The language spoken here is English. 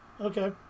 Okay